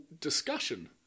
discussion